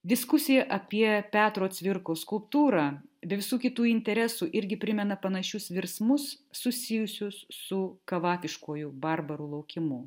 diskusija apie petro cvirkos skulptūrą ir visų kitų interesų irgi primena panašius virsmus susijusius su kavafiškuoju barbarų laukimu